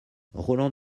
roland